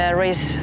race